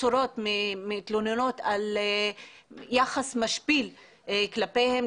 עצורות מתלוננות על יחס משפיל כלפיהן,